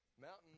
mountain